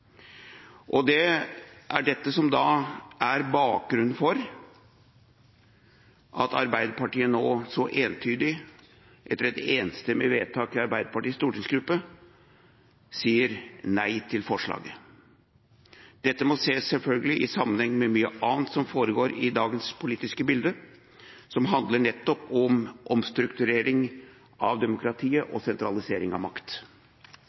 forslaget. Det er dette som er bakgrunnen for at Arbeiderpartiet nå så entydig, etter et enstemmig vedtak i Arbeiderpartiets stortingsgruppe, sier nei til forslaget. Dette må selvfølgelig ses i sammenheng med mye annet som foregår i dagens politiske bilde, som handler nettopp om omstrukturering av demokratiet og sentralisering av makt.